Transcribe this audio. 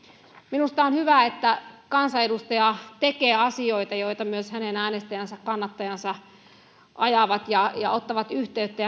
minusta on hyvä että kansanedustaja tekee asioita joita myös hänen äänestäjänsä ja kannattajansa ajavat ja miettivät ja josta ottavat yhteyttä